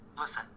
listen